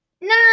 No